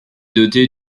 doter